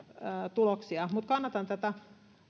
tuloksia mutta kannatan tätä